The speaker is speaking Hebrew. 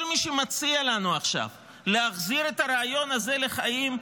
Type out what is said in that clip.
כל מי שמציע לנו עכשיו להחזיר את הרעיון הזה לחיים,